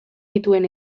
dituen